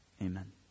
Amen